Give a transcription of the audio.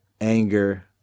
anger